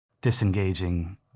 disengaging